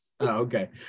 okay